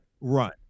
run